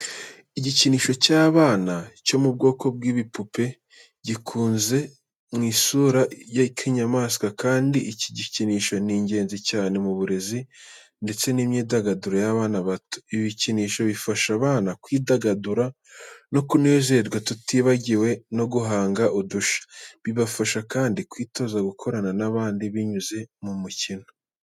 Igikinisho cy’abana cyo mu bwoko bw'ibipupe gikoze mu isura y'akanyamaswa kandi iki gikinisho ni ingenzi cyane mu burezi ndetse n’imyidagaduro y’abana bato. Ibikinisho bifasha abana kwidagadura no kunezerwa tutibagiwe no guhanga udushya. Bibafasha kandi kwitoza gukorana n’abandi binyuze mu mikino.